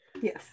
Yes